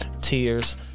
tears